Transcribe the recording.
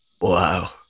Wow